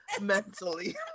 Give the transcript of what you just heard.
mentally